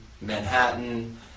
Manhattan